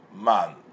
man